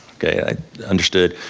okay, i understood,